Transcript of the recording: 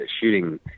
shooting